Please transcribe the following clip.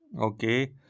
Okay